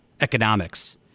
economics